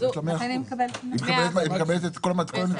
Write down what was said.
לה 100%. היא מקבלת את כל הנקודות.